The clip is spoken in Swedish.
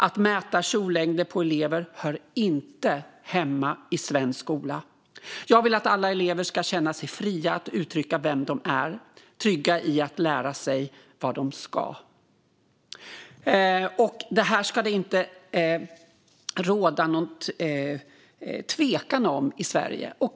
Att mäta kjollängder på elever hör inte hemma i svensk skola. Jag vill att alla elever ska känna sig fria att uttrycka vem de är, trygga i att lära sig vad de ska. Det ska inte råda någon tvekan om detta i Sverige.